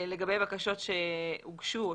לגבי בקשות שהוגשו או